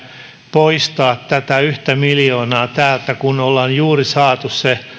poistaa tätä yhtä miljoonaa täältä kun ollaan juuri saatu se